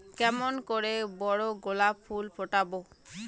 কেমন করে বড় গোলাপ ফুল ফোটাব?